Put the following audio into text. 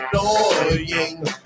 annoying